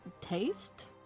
Taste